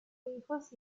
hijos